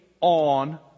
on